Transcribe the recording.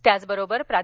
त्याचबरोबर प्रा